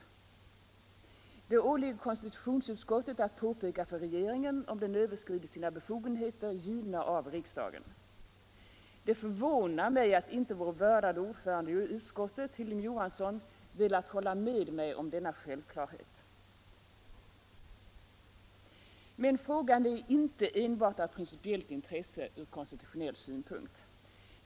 29 april 1975 Det åligger konstitutionsutskottet att påpeka för regeringen, om den över skridit sina befogenheter givna av riksdagen. Det förvånar mig att inte — Granskning av vår vördade ordförande i utskottet, Hilding Johansson, velat hålla med statsrådens mig om denna självklarhet. tjänsteutövning Men frågan är inte enbart av principiellt intresse ur konstitutionell m.m. synpunkt.